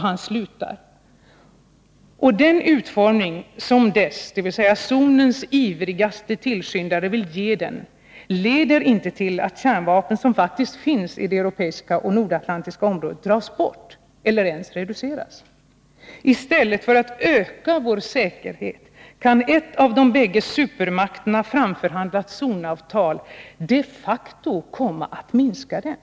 Han slutar: ”Och den utformning som dess ivrigaste tillskyndare vill ge den Om Sveriges ageleder icke till att kärnvapen som faktiskt finns i det nordeuropeiska och rande i det internordatlantiska området dras bort eller ens reduceras. I stället för att öka vår — nationella nedrustsäkerhet kan ett av de bägge supermakterna framförhandlat zonavtal de ningsarbetet facto komma att minska den.